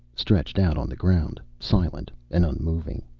stretched out on the ground. silent and unmoving.